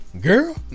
Girl